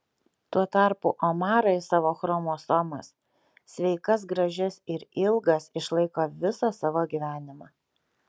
tuo tarpu omarai savo chromosomas sveikas gražias ir ilgas išlaiko visą savo gyvenimą